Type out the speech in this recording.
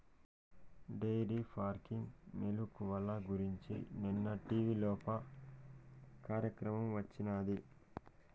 dairy farming మెలుకువల గురించి నిన్న టీవీలోప కార్యక్రమం వచ్చినాది